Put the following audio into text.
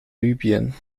libyen